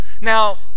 Now